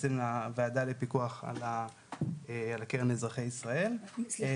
בעצם לוועדה לפיקוח על קרן אזרחי ישראל --- סליחה,